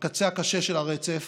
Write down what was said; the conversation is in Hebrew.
בקצה הקשה של הרצף